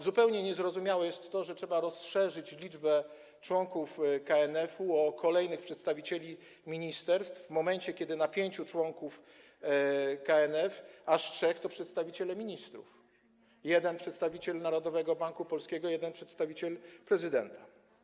Zupełnie niezrozumiałe jest to, że trzeba rozszerzyć liczbę członków KNF-u o kolejnych przedstawicieli ministerstw, w momencie kiedy na pięciu członków KNF aż trzech to przedstawiciele ministrów, jeden to przedstawiciel Narodowego Banku Polskiego, a jeden to przedstawiciel prezydenta.